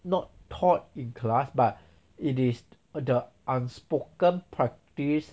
not taught in class but it is err the unspoken practice